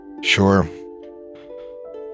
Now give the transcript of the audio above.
Sure